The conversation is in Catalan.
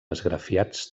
esgrafiats